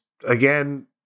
again